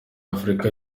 afurika